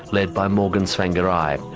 led by morgan tsvangirai.